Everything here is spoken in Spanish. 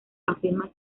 afirma